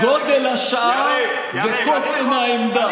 גודל השעה וקוטן העמדה.